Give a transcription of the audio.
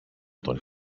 τον